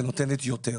ונותנת יותר.